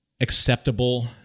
acceptable